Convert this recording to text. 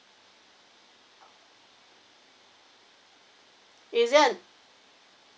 is it a